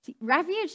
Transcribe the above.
Refuge